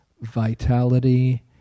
vitality